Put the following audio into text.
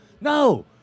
No